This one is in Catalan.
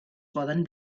poden